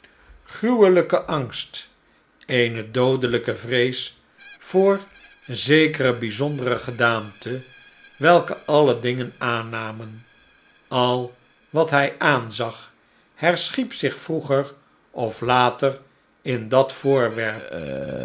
gruwelijken angst eene doodelijke vrees voor zekere bijzondere gedaante welke alle dingen aannam en al wat hij aanzag herschiep zich vroeger of later in dat voorwerp